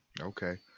Okay